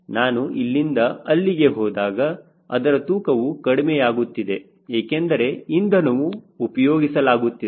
ನಾನು ಇಲ್ಲಿಂದ ಅಲ್ಲಿಗೆ ಹೋದಾಗ ಅದರ ತೂಕವು ಕಡಿಮೆಯಾಗುತ್ತಿದೆ ಏಕೆಂದರೆ ಇಂಧನವು ಉಪಯೋಗಿಸಲಾಗುತ್ತಿದೆ